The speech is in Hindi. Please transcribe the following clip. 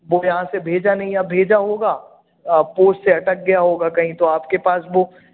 वह यहाँ से भेजा नहीं या भेजा होगा पोस्ट से अटक गया होगा कहीं तो आपके पास वह